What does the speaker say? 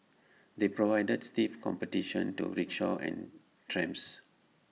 they provided stiff competition to rickshaws and trams